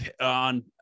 on